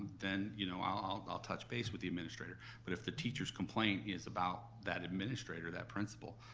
then you know i'll i'll touch base with the administrator. but if the teacher's complaint is about that administrator, that principal.